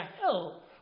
hell